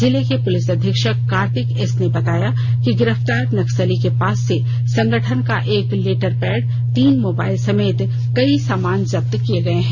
जिले के पुलिस अधीक्षक कार्तिक एस ने बताया कि गिरफतार नक्सली के पास से संगठन का लेडर पैड तीन मोबाइल समेत कई सामान जब्त किये गये है